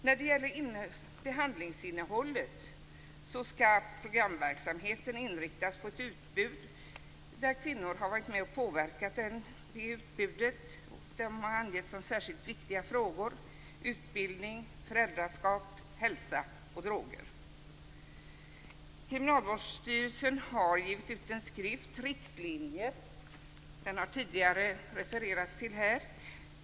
När det gäller behandlingsinnehållet skall programverksamheten inriktas på ett utbud som kvinnor har varit med och påverkat. Man har som särskilt viktiga frågor angett utbildning, föräldraskap, hälsa och droger. Kriminalvårdsstyrelsen har givit ut en skrift, Riktlinjer. Den har tidigare refererats här.